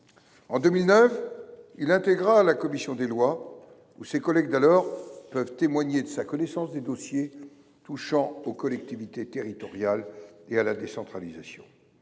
En 2009, il intégra la commission des lois, où ses collègues d’alors peuvent témoigner de sa connaissance des dossiers touchant aux collectivités territoriales et à la décentralisation.